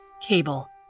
cable